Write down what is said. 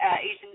Asian